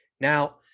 Now